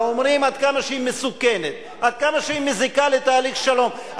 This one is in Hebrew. אלא אומרים עד כמה היא מסוכנת ועד כמה היא מזיקה לתהליך שלום.